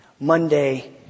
Monday